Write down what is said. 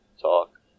talk